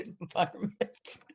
environment